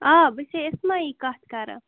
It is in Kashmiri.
آ بہٕ چھےٚ سے اِسمایی کَتھ کَران